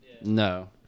No